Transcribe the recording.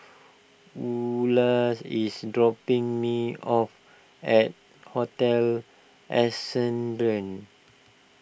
Eula is dropping me off at Hotel Ascendere